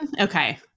Okay